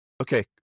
Okay